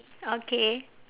okay